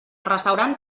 restaurant